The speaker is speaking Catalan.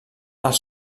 els